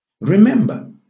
Remember